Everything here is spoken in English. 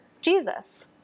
Jesus